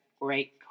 great